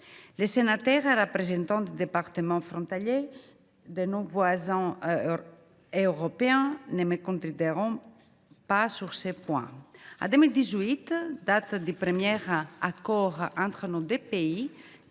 Les sénateurs représentant les départements frontaliers de nos voisins européens ne me contrediront pas sur ce point. En 2018, date du premier accord entre nos deux pays,